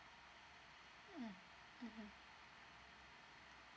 mm mmhmm